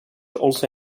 also